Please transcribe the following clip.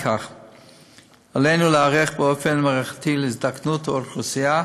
עלינו להיערך באופן מערכתי להזדקנות האוכלוסייה.